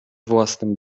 własnym